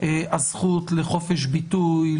הזכות לחופש ביטוי,